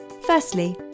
Firstly